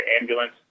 ambulance